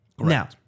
Now